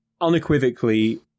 unequivocally